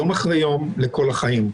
יום אחרי יום לכל החיים.